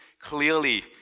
clearly